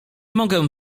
mogę